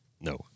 no